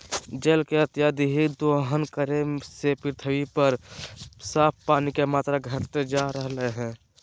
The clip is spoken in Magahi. जल के अत्यधिक दोहन करे से पृथ्वी पर साफ पानी के मात्रा घटते जा रहलय हें